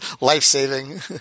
Life-saving